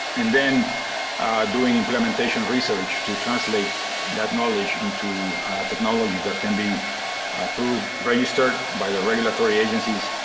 and then doing implementation of research to translate that knowledge into technologies that can be approved, registered by the regulatory agencies,